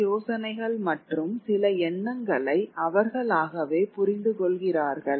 சில யோசனைகள் மற்றும் சில எண்ணங்களை அவர்களாகவே புரிந்து கொள்கிறார்கள்